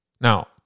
Now